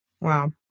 Wow